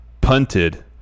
punted